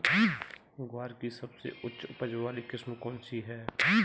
ग्वार की सबसे उच्च उपज वाली किस्म कौनसी है?